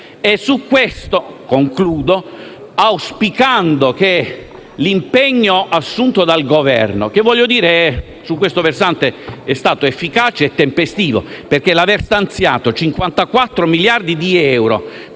il Paese. Concludo dicendo che l'impegno assunto dal Governo su questo versante è stato efficace e tempestivo, perché l'aver stanziato 54 milioni di euro